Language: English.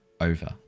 over